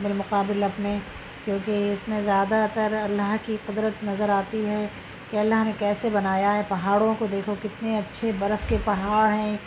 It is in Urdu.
بالمقابل اپنے کیونکہ اس میں زیادہ تر اللّہ کی قدرت نظر آتی ہے کہ اللّہ نے کیسے بنایا ہے پہاڑوں کو دیکھو کتنے اچّھے برف کے پہاڑ ہیں